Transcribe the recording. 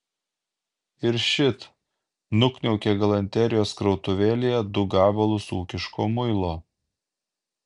ir šit nukniaukė galanterijos krautuvėlėje du gabalus ūkiško muilo